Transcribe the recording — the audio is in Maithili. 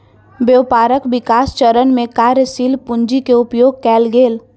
व्यापारक विकास चरण में कार्यशील पूंजी के उपयोग कएल गेल